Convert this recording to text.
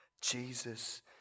Jesus